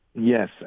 yes